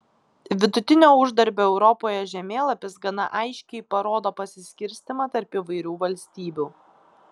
vidutinio uždarbio europoje žemėlapis gana aiškiai parodo pasiskirstymą tarp įvairių valstybių